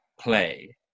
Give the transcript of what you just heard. play